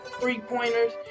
three-pointers